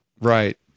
Right